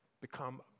become